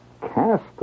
cast